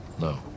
No